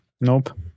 Nope